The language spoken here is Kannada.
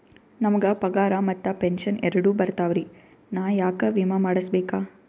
ನಮ್ ಗ ಪಗಾರ ಮತ್ತ ಪೆಂಶನ್ ಎರಡೂ ಬರ್ತಾವರಿ, ನಾ ಯಾಕ ವಿಮಾ ಮಾಡಸ್ಬೇಕ?